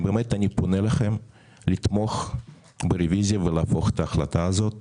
אני באמת פונה אליכם לתמוך ברביזיה ולהפוך את ההחלטה הזאת